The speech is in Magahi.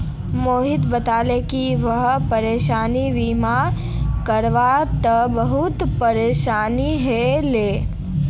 मोहित बताले कि वहाक संपति बीमा करवा त बहुत परेशानी ह ले